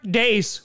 days